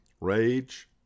rage